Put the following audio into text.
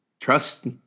trust